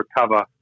recover